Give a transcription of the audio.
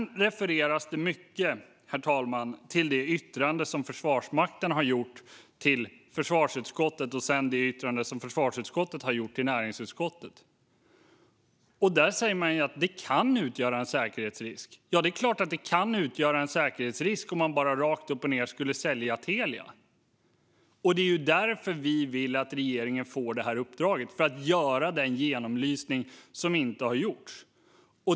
Det refereras mycket till det yttrande som Försvarsmakten har gjort till försvarsutskottet och sedan det yttrande som försvarsutskottet har gjort till näringsutskottet. Där säger man att det kan utgöra en säkerhetsrisk. Ja, det är klart att det skulle kunna utgöra en säkerhetsrisk om man bara rakt upp och ned sålde Telia! Det är ju därför vi vill att regeringen ska få uppdraget att göra den genomlysning som inte har gjorts.